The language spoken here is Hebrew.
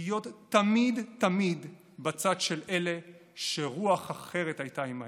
להיות תמיד תמיד בצד של אלה שרוח אחרת הייתה עימהם,